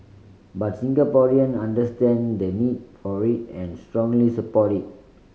but Singaporean understand the need for it and strongly support it